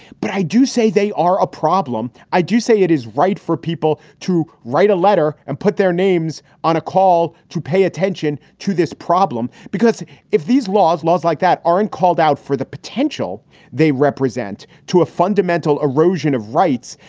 but i do say they are a problem. i do say it is right for people to write a letter and put their names on a call to pay attention to this problem, because if these laws, laws like that aren't called out for the potential they represent to a fundamental erosion of rights,